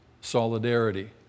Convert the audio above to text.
solidarity